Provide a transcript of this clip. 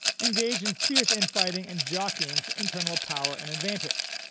engaged in fierce infighting and jockeying for internal power and advantage,